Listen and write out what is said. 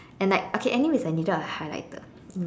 and like okay anyway I needed a highlighter